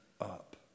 up